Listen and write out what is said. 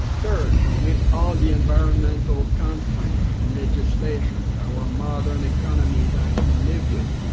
third, with all the environmental constraints and legislations our modern economies have to live with,